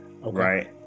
right